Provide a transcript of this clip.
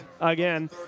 again